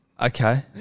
Okay